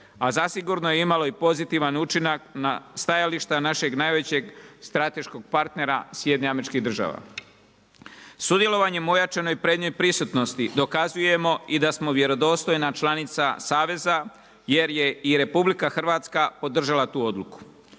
a zasigurno je imalo i pozitivan učinak na stajališta našeg najvećeg strateškog partnera Sjedinjenih Američkih Država. Sudjelovanjem u ojačanoj prednjoj prisutnosti dokazujemo i da smo vjerodostojna članica saveza, jer je i RH podržala tu odluku.